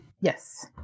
Yes